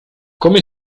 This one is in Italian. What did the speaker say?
come